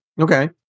Okay